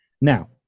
Now